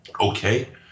Okay